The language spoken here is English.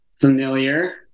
familiar